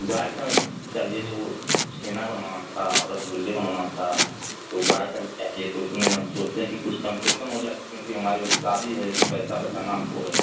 गाय का चाहिए वो छेना बनवाना था रसगुल्ले बनवाना था तो गाय का ही चाहिए तो उसमें हम सोचते हैं कि कुछ कन्सेसन हो जाता क्योंकि हमारे घर में शादी है तो पैसा बचाना हमको है